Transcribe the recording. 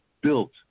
built